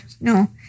No